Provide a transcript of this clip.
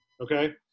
Okay